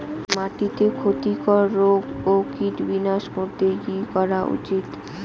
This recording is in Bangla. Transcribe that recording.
মাটিতে ক্ষতি কর রোগ ও কীট বিনাশ করতে কি করা উচিৎ?